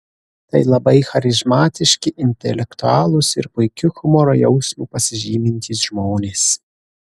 tai labai charizmatiški intelektualūs ir puikiu humoro jausmu pasižymintys žmonės